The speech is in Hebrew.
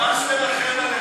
ממש מרחם עליך.